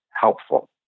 helpful